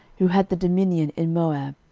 who had the dominion in moab,